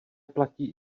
platí